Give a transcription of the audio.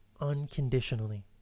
unconditionally